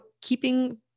keeping